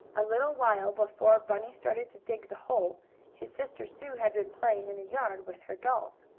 a little while before bunny started to dig the hole his sister sue had been playing in the yard with her dolls.